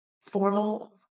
formal